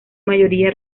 mayoría